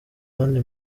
ahandi